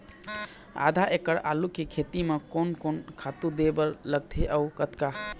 आधा एकड़ आलू के खेती म कोन कोन खातू दे बर लगथे अऊ कतका?